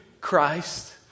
Christ